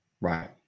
Right